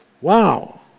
Wow